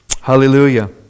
Hallelujah